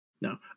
No